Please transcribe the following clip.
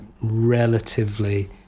relatively